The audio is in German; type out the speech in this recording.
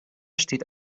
steht